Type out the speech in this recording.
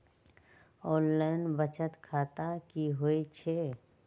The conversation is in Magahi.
ऑनलाइन बचत खाता की होई छई?